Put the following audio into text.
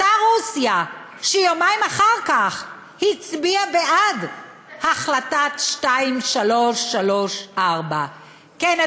אותה רוסיה שיומיים אחר כך הצביעה בעד החלטה 2334. כן,